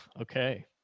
okay